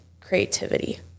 creativity